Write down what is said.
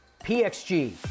PXG